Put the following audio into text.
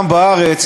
גם בארץ,